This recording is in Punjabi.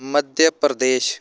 ਮੱਧ ਪ੍ਰਦੇਸ਼